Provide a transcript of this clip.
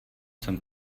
jsem